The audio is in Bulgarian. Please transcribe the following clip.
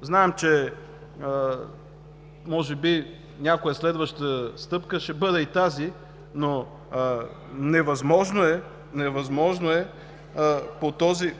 Знаем, че може би някоя следваща стъпка ще бъде и тази, но е невъзможно